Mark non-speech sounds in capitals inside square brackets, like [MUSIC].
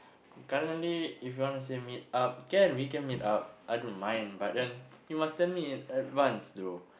currently if you want to say meet up can we can meet up I don't mind but then [NOISE] you must tell me in advance though